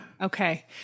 Okay